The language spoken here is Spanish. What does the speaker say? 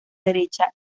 derecha